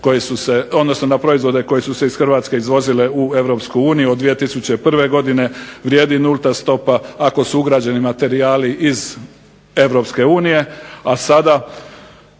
odnosno na proizvode koji su se iz Hrvatske izvozile u Europsku uniju od 2001. godine vrijedi nulta stopa ako su ugrađeni materijali iz